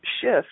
shift